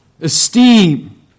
Esteem